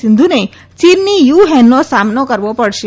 સિંધુને ચીનની યુ હેનનો સામનો કરવો પડશે